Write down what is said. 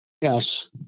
Yes